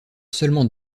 seulement